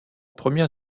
première